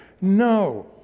No